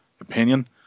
opinion